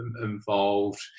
involved